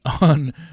on